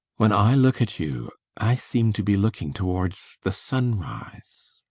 when i look at you i seem to be looking towards the sunrise.